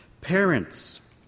Parents